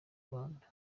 rwanda